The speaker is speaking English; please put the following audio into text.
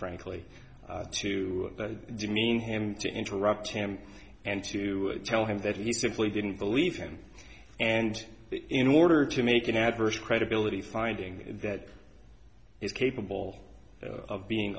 frankly to demean him to interrupt him and to tell him that he simply didn't believe him and that in order to make an adverse credibility finding that is capable of being